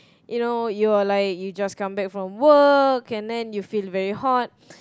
you know you are like you just come back from work and then you feel very hot